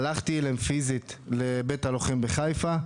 הלכתי אליהם פיזית לבית הלוחם בחיפה.